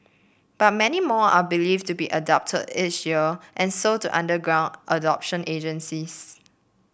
but many more are believed to be abducted each year and sold to underground adoption agencies